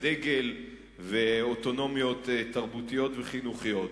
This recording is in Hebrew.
הדגל ואוטונומיות תרבותיות וחינוכיות.